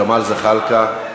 ג'מאל זחאלקה,